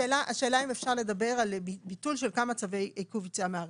השאלה אם אפשר לדבר על ביטול של כמה צווי עיכוב יציאה מהארץ,